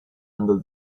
under